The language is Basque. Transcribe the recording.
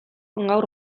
gaur